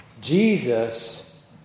Jesus